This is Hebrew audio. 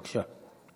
בבקשה.